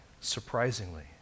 surprisingly